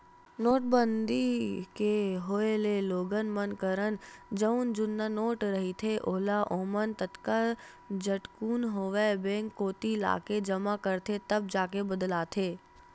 नोटबंदी के होय ले लोगन मन करन जउन जुन्ना नोट रहिथे ओला ओमन जतका झटकुन होवय बेंक कोती लाके जमा करथे तब जाके बदलाथे